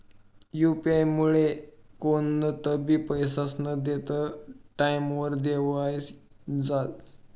UP आयमुये कोणतंबी पैसास्नं देनं टाईमवर देवाई जास